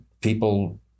People